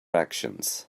actions